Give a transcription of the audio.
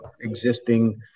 existing